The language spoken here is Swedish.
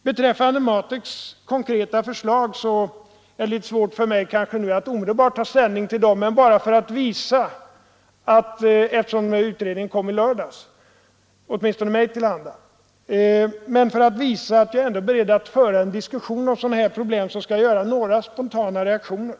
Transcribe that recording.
Beträffande MATEK :s konkreta förslag är det litet svårt för mig att omedelbart ta ställning till dem, eftersom utredningen kom mig till handa så sent som i lördags, men för att ändå visa att jag är beredd att föra en diskussion om dessa frågor skall jag göra några spontana reflexioner.